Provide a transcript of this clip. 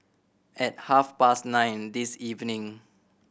at half past nine this evening